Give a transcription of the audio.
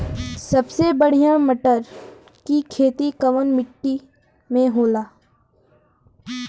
सबसे बढ़ियां मटर की खेती कवन मिट्टी में होखेला?